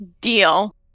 Deal